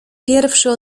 pierwszy